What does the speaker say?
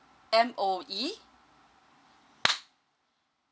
M_O_E